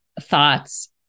thoughts